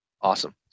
Awesome